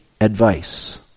advice